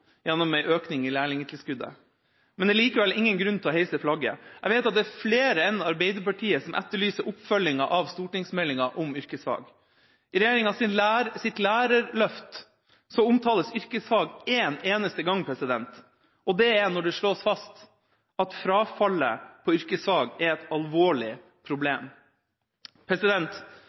gjennom en økning i lærlingtilskuddet. Men det er likevel ingen grunn til å heise flagget. Jeg vet at det er flere enn Arbeiderpartiet som etterlyser oppfølginga av stortingsmeldinga om yrkesfag. I regjeringas lærerløft omtales yrkesfag en eneste gang, og det er når det slås fast at frafallet på yrkesfag er et alvorlig problem.